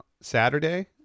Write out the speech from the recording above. saturday